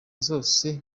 zose